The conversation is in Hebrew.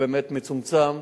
הם באמת מצומצמים